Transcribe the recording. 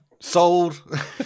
sold